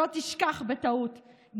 שלא תשכח בטעות,